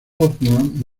hoffman